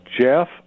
Jeff